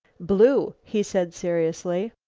blue, he said seriously.